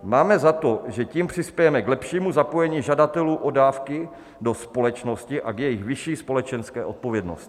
Máme za to, že tím přispějeme k lepšímu zapojení žadatelů o dávky do společnosti a k jejich vyšší společenské odpovědnosti.